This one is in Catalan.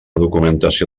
documentació